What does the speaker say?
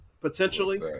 Potentially